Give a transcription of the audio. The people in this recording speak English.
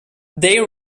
they